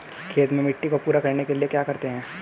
खेत में मिट्टी को पूरा करने के लिए क्या करते हैं?